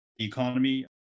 economy